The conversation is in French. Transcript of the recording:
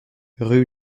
rue